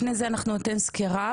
לפני זה אנחנו ניתן סקירה.